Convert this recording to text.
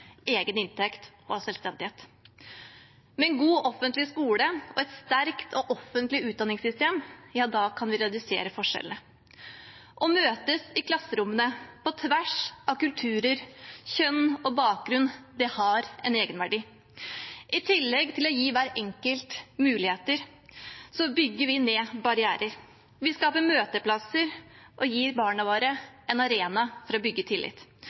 egen inntekt og selvstendighet. Med en god offentlig skole og et sterkt offentlig utdanningssystem kan vi redusere forskjellene. Å møtes i klasserommene på tvers av kulturer, kjønn og bakgrunn har en egenverdi. I tillegg til å gi hver enkelt muligheter, bygger vi ned barrierer. Vi skaper møteplasser og gir barna våre en arena for å bygge tillit.